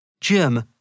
Jim